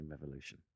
revolution